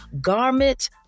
garment